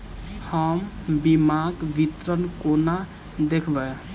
हम बीमाक विवरण कोना देखबै?